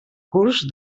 curs